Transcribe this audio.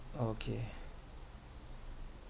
okay